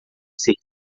ser